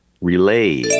Relay